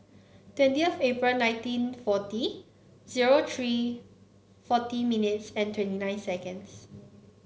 twentieth April nineteen forty zero three forty minutes and twenty nine seconds